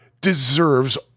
deserves